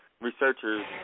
researchers